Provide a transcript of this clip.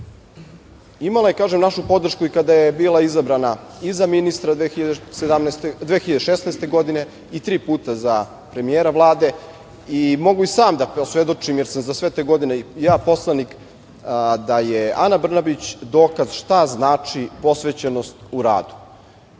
je, kažem, našu podršku i kada je bila izabrana i za ministra 2016. godine i tri puta za premijera Vlade. Mogu i sam da posvedočim jer sam za sve te godine i ja poslanik da je Ana Brnabić dokaz šta znači posvećenost u radu.